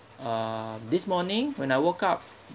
uh this morning when I woke up